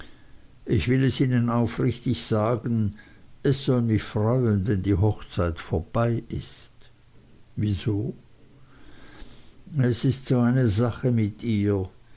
ich will es ihnen aufrichtig sagen es soll mich freuen wenn die hochzeit vorbei ist wieso es ist jetzt so eine sache mit ihr